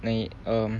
naik um